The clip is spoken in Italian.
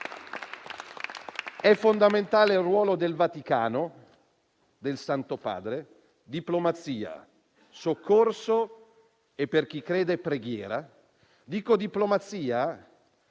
È fondamentale il ruolo del Vaticano, del Santo Padre: diplomazia, soccorso e, per chi crede, preghiera. Parlo di diplomazia